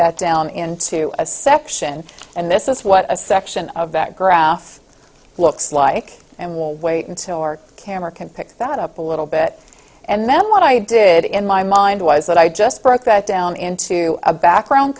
that down into a section and this is what a section of that graph looks like and wait until your camera can pick that up a little bit and then what i did in my mind was that i just broke that down into a background